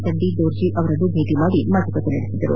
ತಂಡಿ ಡೋರ್ಜಿ ಅವರನ್ನು ಭೇಟಿ ಮಾಡಿ ಮಾತುಕತೆ ನಡೆಸಿದರು